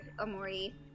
Amori